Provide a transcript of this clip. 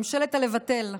ממשלת הלבטל,